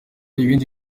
ibindi